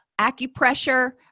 Acupressure